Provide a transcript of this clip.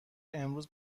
امروز